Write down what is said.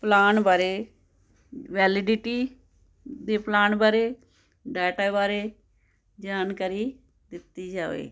plan ਬਾਰੇ validity ਦੇ plan ਬਾਰੇ ਡਾਟਾ ਬਾਰੇ ਜਾਣਕਾਰੀ ਦਿੱਤੀ ਜਾਵੇ